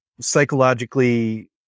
psychologically